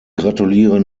gratuliere